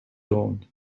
dawn